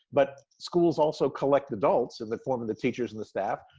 but schools also collect adults in the form of the teachers and the staff.